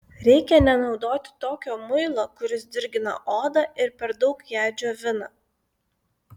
reikia nenaudoti tokio muilo kuris dirgina odą ir per daug ją džiovina